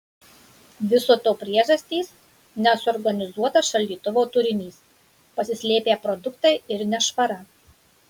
viso to priežastys nesuorganizuotas šaldytuvo turinys pasislėpę produktai ir nešvara